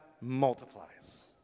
multiplies